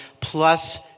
plus